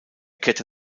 kehrte